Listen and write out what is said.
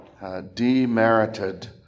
demerited